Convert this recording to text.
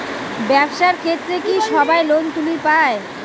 ব্যবসার ক্ষেত্রে কি সবায় লোন তুলির পায়?